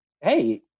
Hey